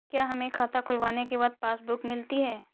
क्या हमें खाता खुलवाने के बाद पासबुक मिलती है?